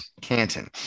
Canton